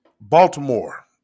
Baltimore